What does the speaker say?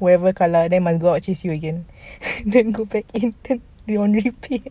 whoever kalah then must go out chase you again then go back in then we on replay